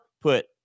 Put